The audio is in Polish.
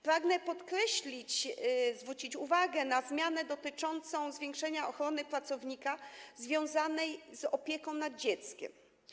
Pragnę podkreślić, zwrócić na to uwagę, zmianę dotyczącą zwiększenie ochrony pracownika związanej z opieką nad dzieckiem.